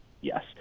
yes